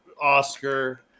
Oscar